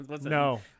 No